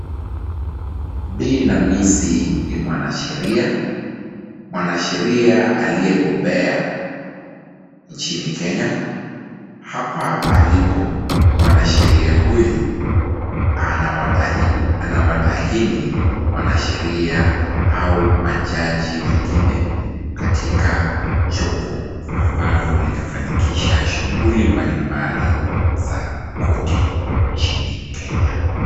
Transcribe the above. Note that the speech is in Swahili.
Bin Namisi ni mwanasheria. Mwanasheria aliyebobea nchini Kenya. Hapa alipo, mwanasheria huyu anawatahini wanasheria au majaji wengine katika jopo ambalo litafanikisha shughuli mbalimbali za korti nchini Kenya.